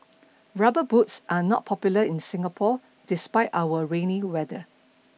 rubber boots are not popular in Singapore despite our rainy weather